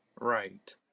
Right